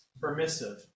permissive